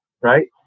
right